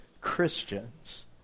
Christians